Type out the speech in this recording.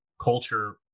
culture